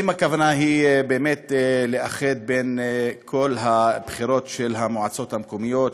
אם הכוונה היא באמת לאחד את כל הבחירות של המועצות המקומיות,